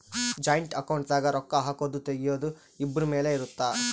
joint account ದಾಗ ರೊಕ್ಕ ಹಾಕೊದು ತೆಗಿಯೊದು ಇಬ್ರು ಮೇಲೆ ಇರುತ್ತ